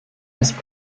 has